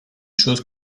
chose